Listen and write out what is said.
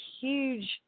huge